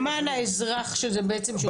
למען האזרח, שזה בעצם שוטף.